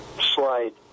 slide